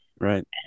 Right